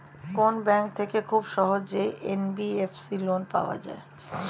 কোন ব্যাংক থেকে খুব সহজেই এন.বি.এফ.সি লোন পাওয়া যায়?